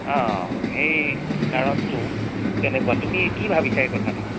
সেই কাৰণটো তেনেকুৱা তুমি কি ভাবিছা এই কথাটো